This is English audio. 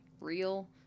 real